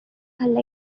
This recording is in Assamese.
ভাল